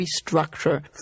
restructure